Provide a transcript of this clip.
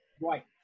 right